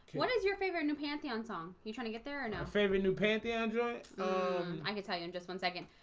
what is your favorite new pantheon song you trying to get there or no? favorite new pantheon joy i'm gonna tell you in just one second.